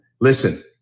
listen